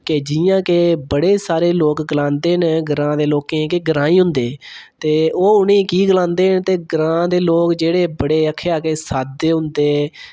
कि जियां के बड़े सारे लोक गलांदे के ग्रां दे लोक ग्रांई होंदे न ओह् उ'नें गी की गलांदे न के ग्रां दे लोक जेह्डे बड़े में आखेआ के साद्दे होंदे